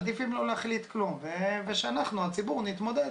מעדיפים לא להחליט כלום ושאנחנו הציבור נתמודד.